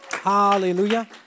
Hallelujah